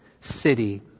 city